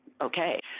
okay